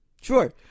Sure